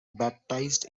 baptized